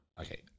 okay